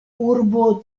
urbo